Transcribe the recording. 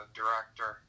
director